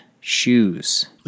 shoes